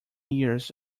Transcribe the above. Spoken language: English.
years